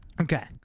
Okay